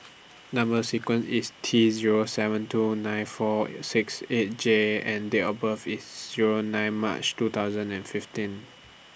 Number sequence IS T Zero seven two nine four six eight J and Date of birth IS Zero nine March two thousand and fifteen